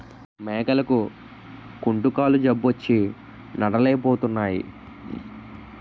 మేకలకి కుంటుకాలు జబ్బొచ్చి నడలేపోతున్నాయి